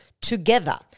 together